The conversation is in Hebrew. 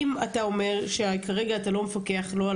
אם אתה אומר שכרגע אתה לא מפקח לא על